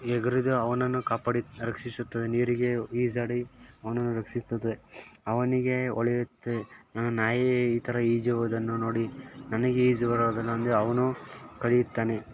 ಅವನನ್ನು ಕಾಪಾಡಿ ರಕ್ಷಿಸುತ್ತದೆ ನೀರಿಗೆ ಈಜಾಡಿ ಅವನನ್ನು ರಕ್ಷಿಸುತ್ತದೆ ಅವನಿಗೆ ಹೊಳೆಯುತ್ತೆ ನಾನು ನಾಯಿ ಈ ಥರ ಈಜುವುದನ್ನು ನೋಡಿ ನನಗೆ ಈಜು ಬರುವುದಿಲ್ಲವೆಂದು ಅವನು ಕಲಿಯುತ್ತಾನೆ